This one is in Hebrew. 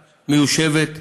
מיושבת,